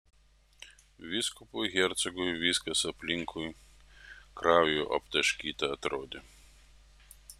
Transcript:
vyskupui hercogui viskas aplinkui krauju aptaškyta atrodė